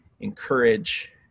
encourage